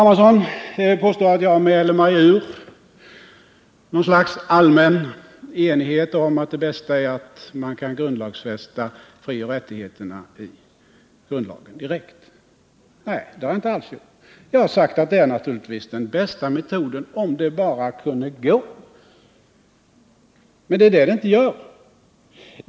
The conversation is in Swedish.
Hermansson påstår att jag mäler mig ur något slags allmän enighet om att det bästa är att man kan grundlagsfästa frioch rättigheterna direkt. Nej, det har jag inte gjort. Jag har sagt att det naturligtvis är den bästa metoden om det bara kunde gå. Men det är det det inte gör.